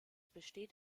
besteht